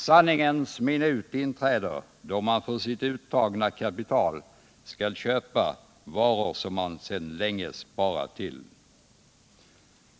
Sanningens minut inträder då man för sitt uttagna kapital skall köpa varor som man sedan länge sparat till.